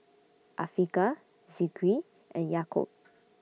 Afiqah Zikri and Yaakob